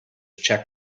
check